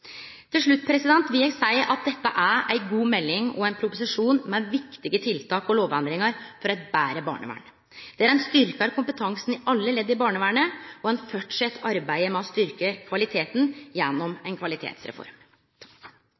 Til slutt vil eg seie at dette er ein god proposisjon som inneheld viktige tiltak og lovendringar for eit betre barnevern, der ein styrkjer kompetansen i alle ledd i barnevernet, og ein fortset arbeidet med å styrkje kvaliteten gjennom ei kvalitetsreform.